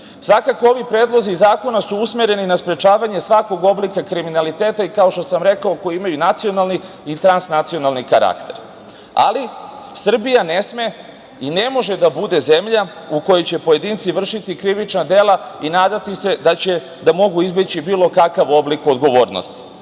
ovi predlozi zakona su usmereni na sprečavanje svakog oblika kriminaliteta i kao što sam rekao koji imaju nacionalni i transnacionalni karakter. Ali, Srbija ne sme i ne može da bude zemlja u kojoj će pojedinci vršiti krivična dela i nadati se da mogu izbeći bilo kakav oblik odgovornosti. Svedoci